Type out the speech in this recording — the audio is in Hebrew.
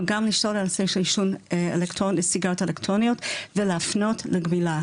אבל גם על נושא של סיגריות אלקטרוניות ולהפנות לגמילה,